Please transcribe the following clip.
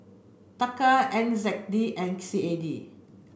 Taka N Z D and C A D